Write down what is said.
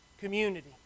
community